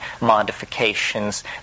modifications